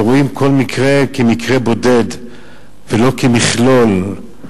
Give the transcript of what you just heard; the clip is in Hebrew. ורואים כל מקרה כמקרה בודד ולא כמכלול.